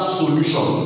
solution